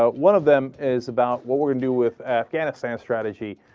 ah one of them is about what we do with afghanistan strategy